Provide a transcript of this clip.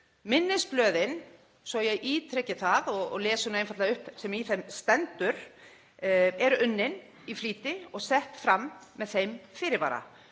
Minnisblöðin, svo ég ítreki það og lesi einfaldlega upp sem í þeim stendur, eru unnin í flýti og sett fram með þeim fyrirvara